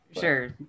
Sure